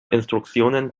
instruktionen